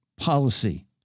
policy